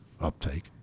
uptake